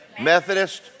Methodist